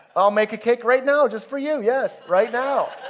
i'll make a cake right now just for you. yes, right now.